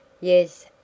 Yes